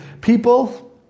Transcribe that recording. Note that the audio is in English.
people